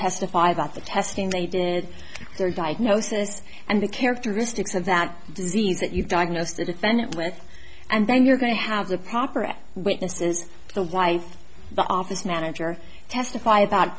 testify about the testing they did their diagnosis and the characteristics of that disease that you diagnose the defendant with and then you're going to have the proper witnesses the wife the office manager testify about